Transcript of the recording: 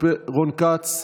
רון כץ,